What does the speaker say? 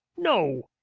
no.